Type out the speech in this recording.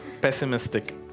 Pessimistic